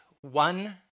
one